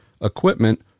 equipment